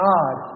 God